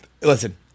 Listen